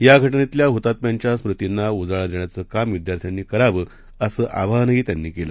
याघटनेतल्याहुतात्म्यांच्यारमृतींनाउजाळादेण्याचंकामविद्यार्थ्यांनीकरावं असंआवाहनहीत्यांनीकेलं